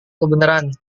kebenaran